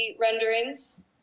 renderings